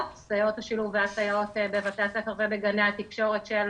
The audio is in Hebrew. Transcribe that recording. השילוב והסייעות בבתי הספר ובגני התקשורת של